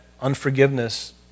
unforgiveness